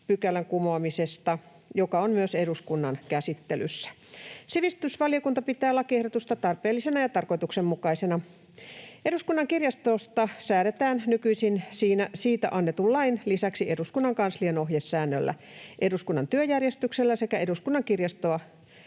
15 §:n kumoamisesta, joka on myös eduskunnan käsittelyssä. Sivistysvaliokunta pitää lakiehdotusta tarpeellisena ja tarkoituksenmukaisena. Eduskunnan kirjastosta säädetään nykyisin siitä annetun lain lisäksi eduskunnan kanslian ohjesäännöllä, eduskunnan työjärjestyksellä sekä eduskunnan kirjaston